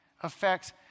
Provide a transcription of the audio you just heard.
affects